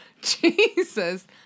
Jesus